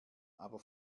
aber